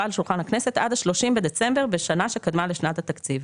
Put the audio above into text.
על שולחן הכנסת עד ה־30 בדצמבר בשנה שקדמה לשנת התקציב,